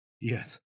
Yes